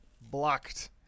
blocked